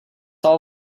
all